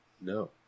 No